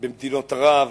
במדינות ערב,